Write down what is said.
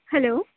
hello